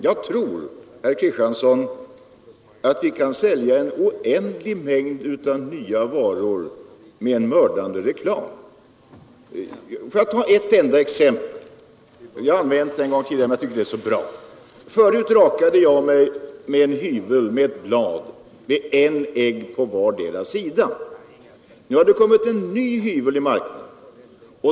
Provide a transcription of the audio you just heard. Jag tror, herr Kristiansson, att vi kan sälja en oändlig mängd nya varor med en mördande reklam. Låt mig ta ett enda exempel. Jag har använt det en gång tidigare, men jag tycker det är så bra. Förut rakade jag mig med en rakhyvel med ett blad som hade en egg på vardera sidan. Nu har det kommit ut en ny hyvel i marknaden.